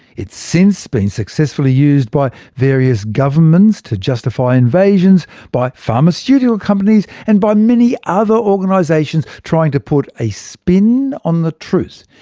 it's since been successfully used by various governments to justify invasions, by pharmaceutical companies, and by many other organisations trying to put a spin on the truth.